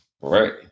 right